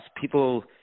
People